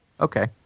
Okay